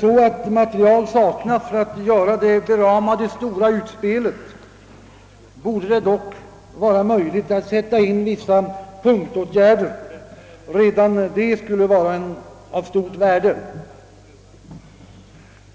Saknas material för att göra det beramade stora utspelet, borde det dock vara möjligt att sätta in vissa punktåtgärder. Redan detta skulle vara av stort värde.